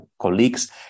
colleagues